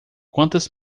quantas